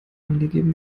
angegeben